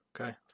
Okay